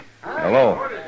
Hello